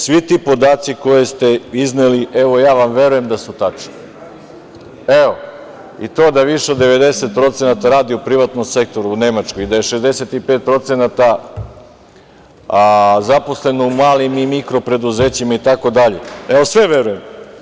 Svi ti podaci koje ste izneli, evo ja vam verujem da su tačni, i to da više od 90% radi u privatnom sektoru u Nemačkoj i da je 65% zaposleno i malim i mikro preduzećima itd, evo sve verujem.